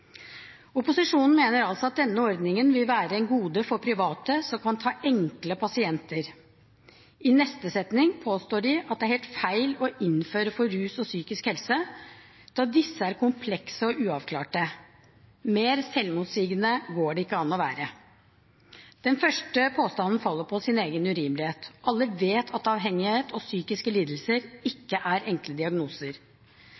Opposisjonen mener altså at denne ordningen vil være et gode for private som kan ta enkle pasienter. I neste setning påstår de at det er helt feil å innføre det for rus og psykisk helse, da disse er komplekse og uavklarte. Mer selvmotsigende går det ikke an å være. Den første påstanden faller på sin egen urimelighet. Alle vet at avhengighet og psykiske lidelser ikke er enkle diagnoser.